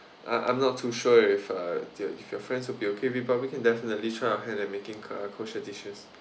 I I'm not too sure if uh if your friends will be okay we probably can definitely try our hand at making uh kosher dishes